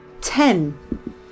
Ten